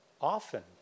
often